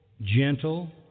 gentle